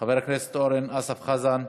חבר הכנסת אורן אסף חזן.